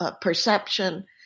perception